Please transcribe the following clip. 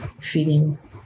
Feelings